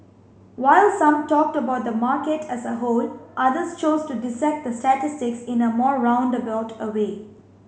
while some talked about the market as a whole others chose to dissect the statistics in a more roundabout a way